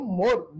more